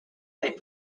they